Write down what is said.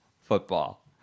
football